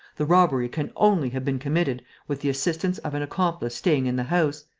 the robbery can only have been committed with the assistance of an accomplice staying in the house.